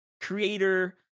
Creator